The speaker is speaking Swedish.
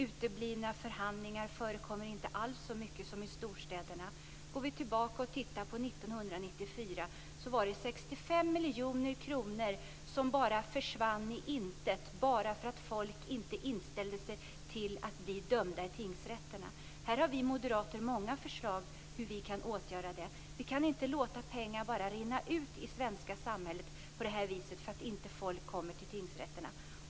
Uteblivna förhandlingar förekommer inte alls så mycket som i storstäderna. Går vi tillbaks och tittar på hur det var 1994 ser vi att 65 miljoner kronor bara försvann i intet därför att folk inte inställde sig för att bli dömda i tingsrätterna. Vi moderater har många förslag till hur vi kan åtgärda det. Vi kan inte bara låta pengar rinna ut i det svenska samhället på detta vis därför att folk inte kommer till tingsrätterna.